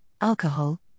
alcohol